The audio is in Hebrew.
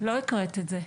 לא הקראת את זה.